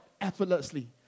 effortlessly